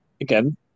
again